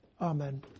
Amen